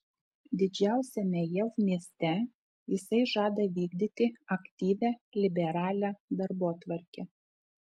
didžiausiame jav mieste jis žada vykdyti aktyvią liberalią darbotvarkę